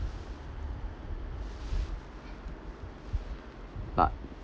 but